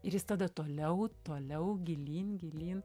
ir jis tada toliau toliau gilyn gilyn